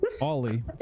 ollie